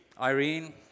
Irene